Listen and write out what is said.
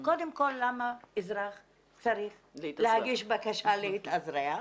קודם כל, למה אזרח צריך להגיש בקשה להתאזרח?